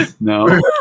No